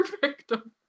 victim